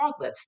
froglets